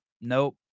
Nope